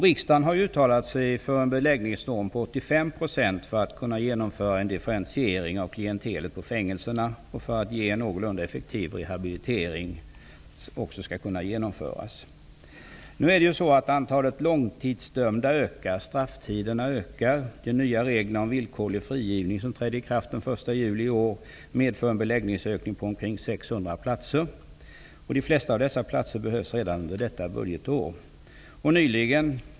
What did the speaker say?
Riksdagen har uttalat sig för en beläggningsnorm på 85 % för att man skall kunna genomföra en differentiering av klientelet på fängelserna och för att en någorlunda effektiv rehabilitering skall kunna genomföras. Antalet långtidsdömda ökar. Strafftiderna ökar. De nya reglerna om villkorlig frigivning som trädde i kraft den 1 juli i år medför en beläggningsökning på ungefär 600 platser. De flesta av dessa platser behövs redan under detta budgetår.